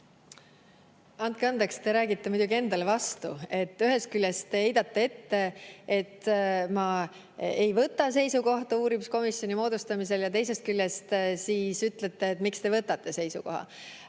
Andke andeks, te räägite endale vastu. Ühest küljest te heidate ette, et ma ei võta seisukohta uurimiskomisjoni moodustamisel, ja teisest küljest [küsite], miks te võtate seisukoha.